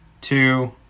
two